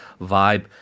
vibe